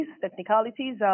technicalities